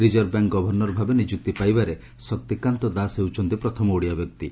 reserve bank governor ଭାବେ ନିଯୁକ୍ତି ପାଇବାରେ ଶକ୍ତିକାନ୍ତ ଦାସ ହେଉଛନ୍ତି ପ୍ରଥମ ଓଡ଼ିଆ ବ୍ୟକ୍ତି